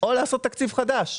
או לעשות תקציב חדש.